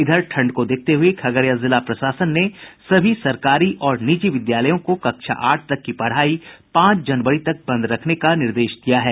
इधर ठंड को देखते हुए खगड़िया जिला प्रशासन ने सभी सरकारी और निजी विद्यालयों को कक्षा आठ तक की पढ़ाई पांच जनवरी तक बंद रखने का निर्देश दिया है